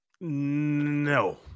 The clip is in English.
No